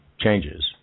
changes